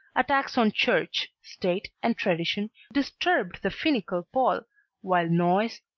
attacks on church, state and tradition disturbed the finical pole while noise,